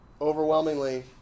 Overwhelmingly